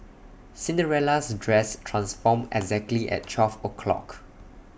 Cinderella's dress transformed exactly at twelve o'clock